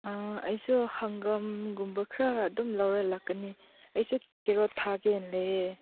ꯑꯩꯁꯨ ꯍꯪꯒꯥꯝꯒꯨꯝꯕ ꯈꯔ ꯑꯗꯨꯝ ꯂꯧꯔ ꯂꯥꯛꯀꯅꯤ ꯑꯩꯁꯨ ꯀꯦꯔꯣꯠ ꯊꯥꯒꯦ ꯍꯥꯏꯅ ꯂꯩꯌꯦ